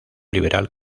liberal